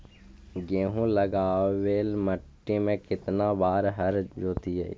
गेहूं लगावेल मट्टी में केतना बार हर जोतिइयै?